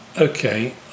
okay